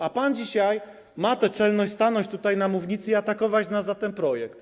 A pan dzisiaj ma tę czelność stanąć tutaj na mównicy i atakować nas za ten projekt.